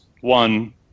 one